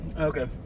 Okay